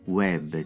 web